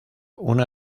una